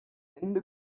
ende